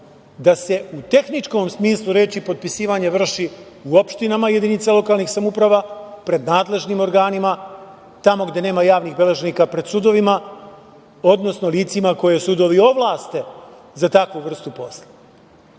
da se u tehničkom smislu reči potpisivanje vrši u opštinama, jedinicama lokalnih samouprava, pred nadležnim organima, tamo gde nema javnih beležnika pred sudovima, odnosno licima koje sudovi ovlaste za taku vrstu posla? Moje